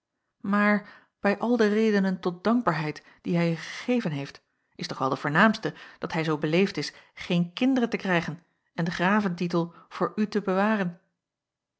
maar bij al de redenen tot dankbaarheid die hij je gegeven heeft is toch wel de voornaamste dat hij zoo beleefd is geen kinderen te krijgen en den graventitel voor u te bewaren